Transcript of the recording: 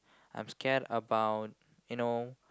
I'm scared about you know